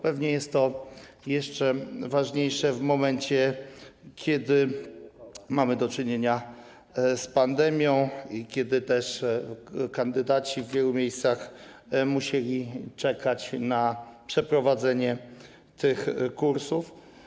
Pewnie jest to jeszcze ważniejsze, w momencie kiedy mamy do czynienia z pandemią i kiedy kandydaci w wielu miejscach musieli czekać na przeprowadzenie tych kursów.